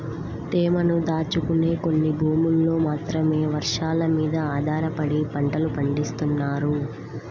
తేమను దాచుకునే కొన్ని భూముల్లో మాత్రమే వర్షాలమీద ఆధారపడి పంటలు పండిత్తన్నారు